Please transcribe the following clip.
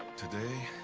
today.